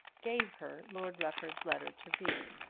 gave her lord rufford's letter to read.